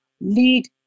lead